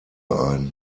ein